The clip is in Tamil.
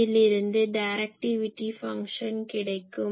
இதிலிருந்து டைரக்டிவிட்டி ஃபங்ஷன் கிடைக்கும்